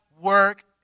work